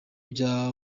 bya